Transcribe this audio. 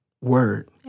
word